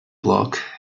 block